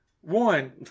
One